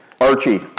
Archie